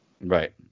Right